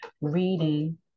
reading